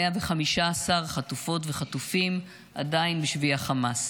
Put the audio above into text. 115 חטופות וחטופים עדיין בשבי החמאס.